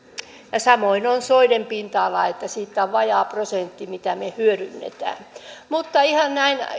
ja samoin on soiden pinta ala siitä on vajaa prosentti sitä mitä me hyödynnämme mutta ihan näin